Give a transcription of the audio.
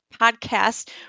podcast